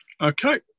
Okay